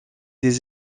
des